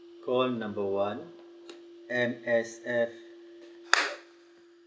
call number one M_S_F